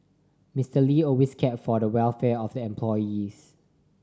Mister Lee always cared for the welfare of the employees